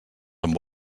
amb